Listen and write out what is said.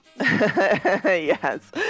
Yes